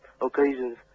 occasions